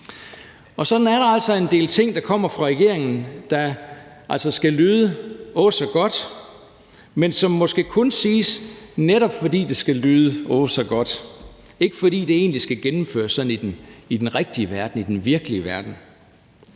Sådan er der altså en del ting, der kommer fra regeringens side, der altså skal lyde åh så godt, men som måske kun siges, netop fordi det skal lyde åh så godt, og ikke fordi det egentlig skal gennemføres i den rigtige verden, i den virkelige verden.